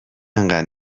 اینقدر